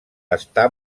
està